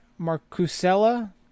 Marcusella